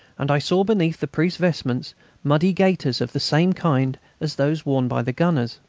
and i saw beneath the priest's vestments muddy gaiters of the same kind as those worn by the gunners.